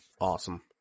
awesome